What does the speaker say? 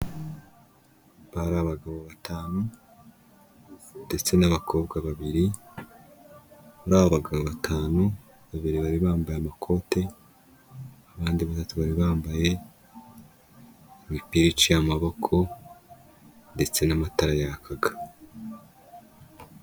Bari abagabo batanu ndetse n'abakobwa babiri, muri abo bagabo batanu babiri bari bambaye amakote, abandi batatu bari bambaye imipira iciye amaboko ndetse n'amatara yakaga.